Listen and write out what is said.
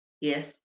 yes